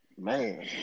Man